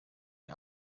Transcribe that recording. der